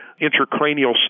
intracranial